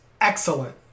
excellent